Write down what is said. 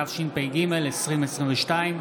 התשפ"ג 2022,